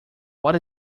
what